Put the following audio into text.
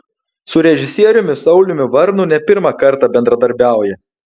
su režisieriumi sauliumi varnu ne pirmą kartą bendradarbiauja